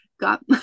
Got